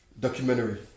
documentary